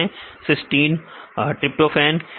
cysteine cysteine विद्यार्थी tryptophan tryptophan